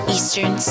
Eastern